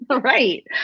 right